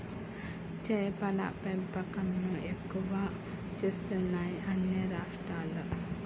చేపల పెంపకం ను ఎక్కువ చేస్తున్నాయి అన్ని రాష్ట్రాలు